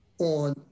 On